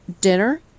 dinner